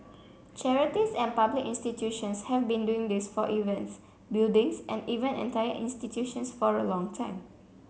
charities and public institutions have been doing this for events buildings and even entire institutions for a long time